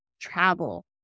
travel